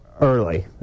Early